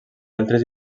altres